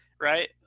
right